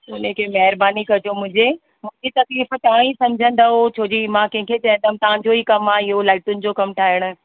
उनखे महिरबानी कजो मुंहिंजे मूंखे तकलीफ़ तव्हां ई सम्झंदव छो जी मां कंहिंखे चवंदमि तव्हांजे ई कम आहे इयो लाइटियुनि जो कम ठाहिण